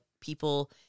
people